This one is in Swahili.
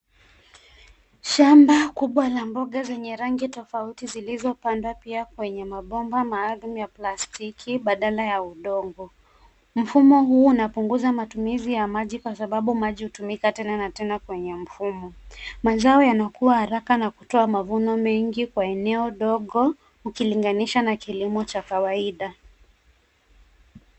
Shamba kubwa la mboga zenye rangi tofauti zilizopanda pia kwenye mabomba maalumu ya plastiki badala ya udongo. Mfumo huu unapunguza matumizi ya maji kwa sababu maji hutumika tena na tena kwenye mfumo. Mazao yanakuwa haraka na kutoa mavuno mengi kwa eneo dogo ukilinganisha na kilimo cha kawaida.